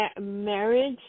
marriage